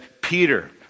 Peter